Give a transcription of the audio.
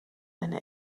eine